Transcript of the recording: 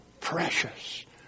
Precious